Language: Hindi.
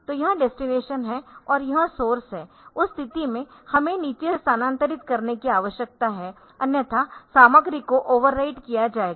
तो यह डेस्टिनेशन है और यह सोर्स है उस स्थिति में हमें नीचे से स्थानांतरित करने की आवश्यकता है अन्यथा सामग्री को ओवरराइट किया जाएगा